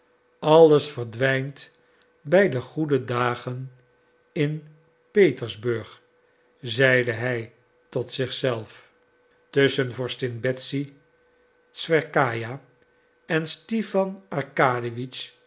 alles verdwijnt bij de goede dagen in petersburg zeide hij tot zich zelf tusschen vorstin betsy twerskaja en stipan